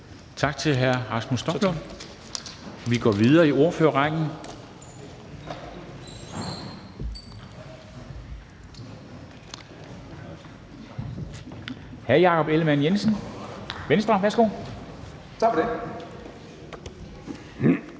Tak til hr. Rasmus Stoklund. Vi går videre i ordførerrækken. Hr. Jakob Ellemann-Jensen, Venstre. Værsgo. Kl.